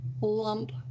lump